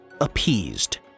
appeased